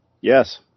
Yes